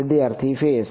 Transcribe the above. વિદ્યાર્થી ફેઝ